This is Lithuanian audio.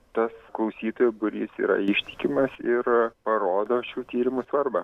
tas klausytojų būrys yra ištikimas ir parodo šių tyrimų svarbą